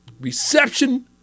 reception